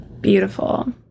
beautiful